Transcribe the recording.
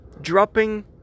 dropping